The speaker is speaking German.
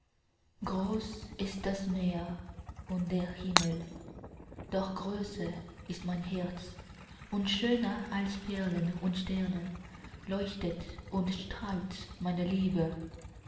groß ist das meer und der himmel doch größer ist mein herz und schöner als perlen und sterne leuchtet und strahlt meine liebe